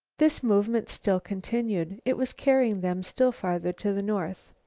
this movement still continued. it was carrying them still farther to the north.